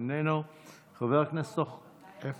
אדוני היושב-ראש, חבריי